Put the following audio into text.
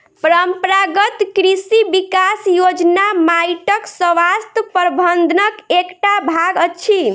परंपरागत कृषि विकास योजना माइटक स्वास्थ्य प्रबंधनक एकटा भाग अछि